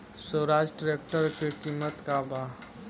Swaraj tractor के किमत का बा?